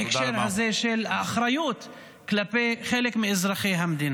בהקשר הזה של האחריות כלפי חלק מאזרחי המדינה.